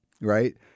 right